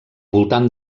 voltant